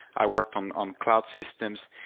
i worked on on cloud systems.